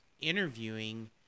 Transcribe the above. interviewing